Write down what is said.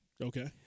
Okay